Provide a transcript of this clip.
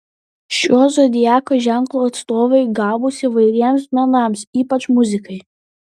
šio zodiako ženklo atstovai gabūs įvairiems menams ypač muzikai